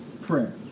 prayer